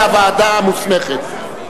איזו תהיה הוועדה המוסמכת.